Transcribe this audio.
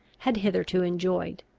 had hitherto enjoyed.